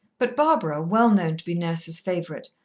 but barbara, well known to be nurse's favourite,